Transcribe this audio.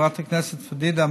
חברת הכנסת פדידה,